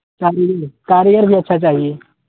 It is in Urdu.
کاریگر بھی اچھا چاہیے